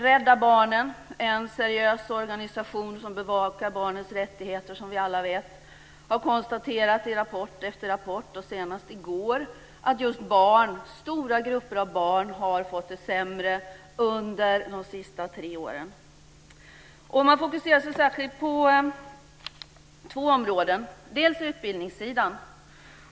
Rädda Barnen, som vi alla vet är en seriös organisation som bevakar barnens rättigheter, har konstaterat i rapport efter rapport - senast i går - att stora grupper av barn har fått det sämre under de senaste tre åren. Man fokuserar särskilt på två områden. Det gäller först utbildningssidan.